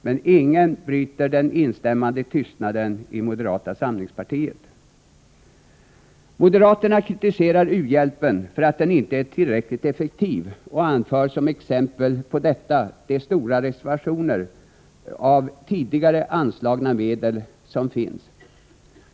Men ingen bryter den instämmande tystnaden i moderata samlingspartiet. Moderaterna kritiserar u-hjälpen för att den inte är tillräckligt effektiv och anför som exempel på detta de stora reservationer av tidigare anslagna medel som finns.